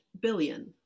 billion